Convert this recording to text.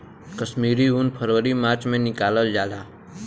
कश्मीरी उन फरवरी मार्च में निकालल जाला